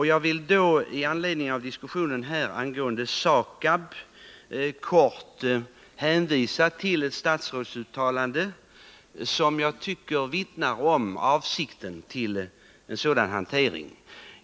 Jag vill med anledning av diskussionen angående SAKAB kort hänvisa till ett statsrådsuttalande, som jag tycker vittnar om avsikten med en sådan här avfallshantering.